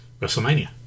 WrestleMania